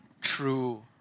true